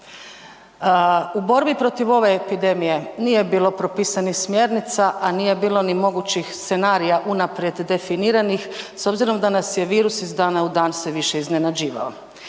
U borbi protiv ove epidemije nije bilo propisanih smjernica, a nije bilo ni mogućih scenarija unaprijed definiranih s obzirom da nas je virus iz dana u dan sve više iznenađivao.